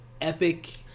epic